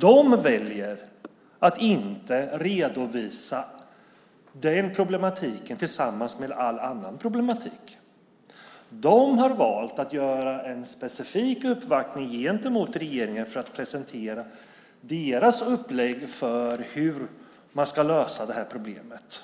De har valt att inte redovisa den problematiken tillsammans med all annan problematik. De har valt att göra en specifik uppvaktning gentemot regeringen för att presentera sitt upplägg för hur man ska lösa det här problemet.